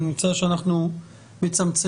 אני מצטער שאנחנו מצמצמים.